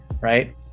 right